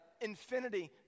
Infinity